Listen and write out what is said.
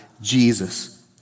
Jesus